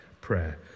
prayer